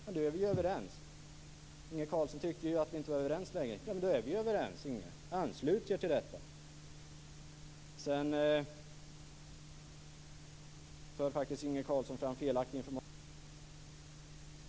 Inge Carlsson tyckte att vi inte var överens längre. Men vi är ju överens, Inge. Anslut er till detta! Sedan förde faktiskt Inge Carlsson fram felaktig information om vad våra ledamöter i skatteutskottet och finansutskottet hade sagt.